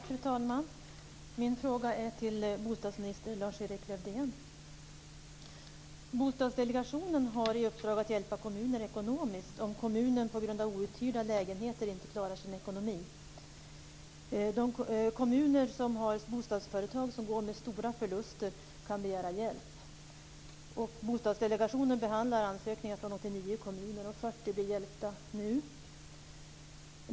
Fru talman! Min fråga går till bostadsminister Bostadsdelegationen har i uppdrag att hjälpa kommuner ekonomiskt om kommunen på grund av outhyrda lägenheter inte klarar sin ekonomi. De kommuner som har bostadsföretag som går med stora förluster kan begära hjälp. Bostadsdelegationen behandlar ansökningar från 89 kommuner, och 40 blir hjälpta nu.